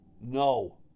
no